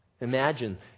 Imagine